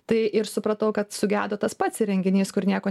tai ir supratau kad sugedo tas pats įrenginys kur nieko